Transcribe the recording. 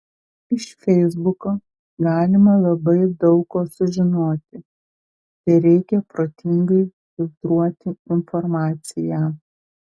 iš feisbuko galima labai daug ko sužinoti tereikia protingai filtruoti informaciją